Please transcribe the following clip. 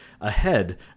ahead